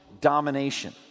domination